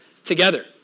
together